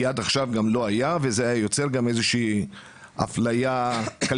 כי עד עכשיו גם לא היה וזה היה יוצר גם אפליה כלכלית.